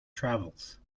travels